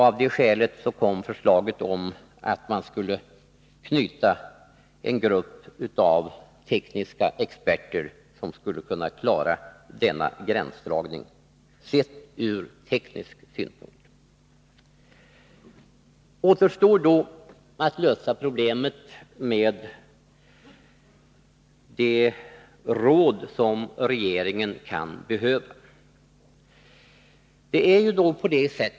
Av det skälet kom förslaget om att man till regeringskansliet skulle knyta en grupp av tekniska experter, som skulle kunna klara denna gränsdragning, sett ur teknisk synpunkt. Återstår då att lösa problemet med de råd som regeringen kan behöva.